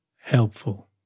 helpful